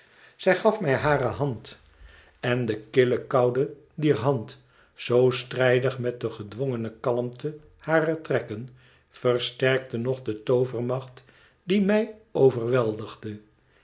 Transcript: zij gaf mij hare hand en de kille koude dier hand zoo strijdig mot de gedwongene kalmte harer trekken versterkte nog de toovermacht die mij overweldigde